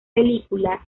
película